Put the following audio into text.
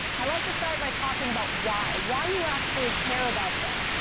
i like to start by talking about why, why you actually care about this.